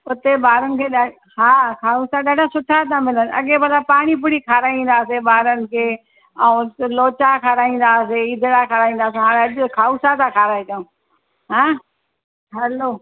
उते ॿारनि खे ॾा हा खावसो ॾाढा सुठा था मिलनि अॻे माना पाणी पूरी खाराईंदासीं ॿारनि खे ऐं लोचा खाराए ईंदा हुआसीं इदड़ा खाराए ईंदासीं हाणे अॼु खावसो था खाराए अचूं हां हलो